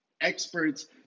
experts